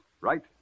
Right